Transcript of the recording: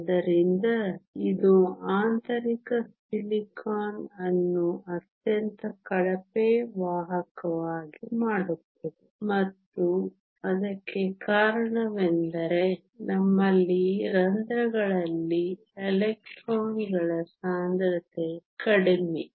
ಆದ್ದರಿಂದ ಇದು ಆಂತರಿಕ ಸಿಲಿಕಾನ್ ಅನ್ನು ಅತ್ಯಂತ ಕಳಪೆ ವಾಹಕವಾಗಿ ಮಾಡುತ್ತದೆ ಮತ್ತು ಅದಕ್ಕೆ ಕಾರಣವೆಂದರೆ ನಮ್ಮಲ್ಲಿ ರಂಧ್ರಗಳಲ್ಲಿ ಎಲೆಕ್ಟ್ರಾನ್ಗಳ ಸಾಂದ್ರತೆ ಕಡಿಮೆ